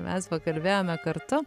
mes pakalbėjome kartu